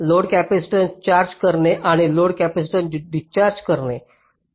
load capacitance charge करणे आणि load capacitance discharge करणे